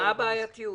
מה הבעייתיות?